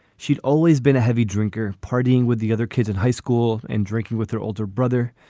she'd always been a heavy drinker. partying with the other kids in high school and drinking with her older brother.